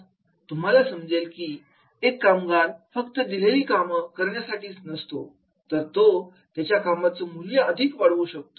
तुम्हाला समजेल की एक कामगार फक्त दिलेलं काम करण्यासाठीच नसतो तर तो त्या कामाचं मूल्य अधिक वाढवू शकतो